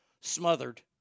Smothered